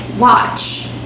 watch